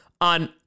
on